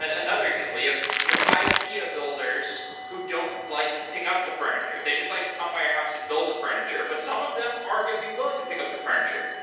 ah another example, you have you have ikea builders who don't like to pick up the furniture, they just like to come by your house and build the furniture. but some of them are going to be willing to pick up their furniture.